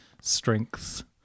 strengths